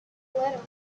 little